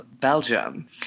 Belgium